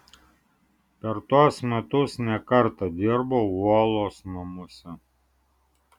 per tuos metus ne kartą dirbau uolos namuose